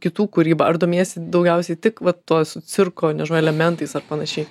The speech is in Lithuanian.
kitų kūrybą ar domiesi daugiausiai tik va tuo su cirko nežinau elementais ar panašiai